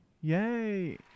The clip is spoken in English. Yay